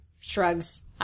Shrugs